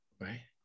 right